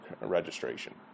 registration